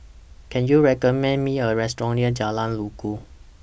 Can YOU recommend Me A Restaurant near Jalan Inggu